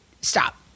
stop